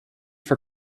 for